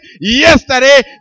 yesterday